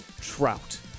trout